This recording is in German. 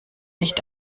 nicht